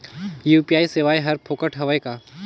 UPI सेवाएं हर फोकट हवय का?